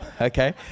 Okay